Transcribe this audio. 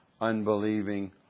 unbelieving